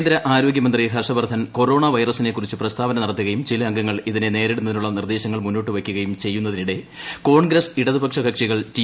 കേന്ദ്ര ആരോഗൃമന്ത്രി ഹർഷവർദ്ധൻ കൊറോണ വൈറസിനെക്കുറിച്ച് പ്രസ്താവന നടത്തുകയും ചില അംഗങ്ങൾ ഇതിനെ നേരിടുന്നതിനുള്ള നിർദ്ദേശങ്ങൾ മുന്നോട്ട് വയ്ക്കുകയും ചെയ്യുന്നതിനിടെ കോൺഗ്രസ് ഇടതുപക്ഷ കക്ഷികൾ ടി